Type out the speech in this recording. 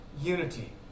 unity